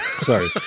Sorry